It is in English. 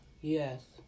Yes